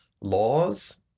laws